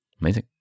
Amazing